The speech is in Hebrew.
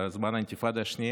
בזמן האינתיפאדה השנייה,